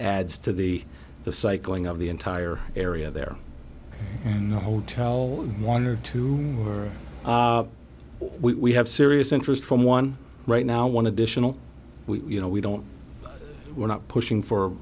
adds to the the cycling of the entire area there and the hotel one or two or we have serious interest from one right now one additional we know we don't we're not pushing for